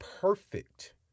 perfect